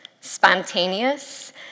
spontaneous